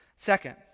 Second